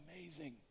amazing